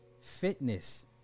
fitness